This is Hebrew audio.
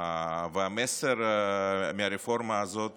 והמסר מהרפורמה הזאת